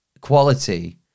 quality